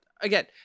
again